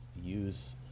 use